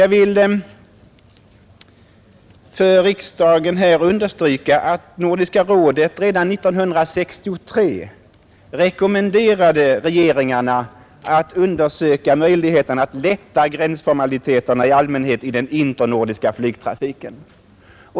Jag vill för riksdagen understryka att Nordiska rådet redan 1963 rekommenderade regeringarna att undersöka möjligheten att lätta gränsformaliteterna i allmänhet i den internordiska flygtrafiken.